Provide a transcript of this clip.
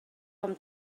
com